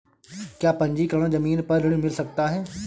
क्या पंजीकरण ज़मीन पर ऋण मिल सकता है?